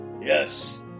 Yes